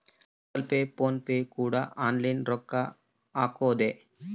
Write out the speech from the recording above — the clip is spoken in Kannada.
ಗೂಗಲ್ ಪೇ ಫೋನ್ ಪೇ ಕೂಡ ಆನ್ಲೈನ್ ರೊಕ್ಕ ಹಕೊದೆ